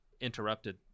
interrupted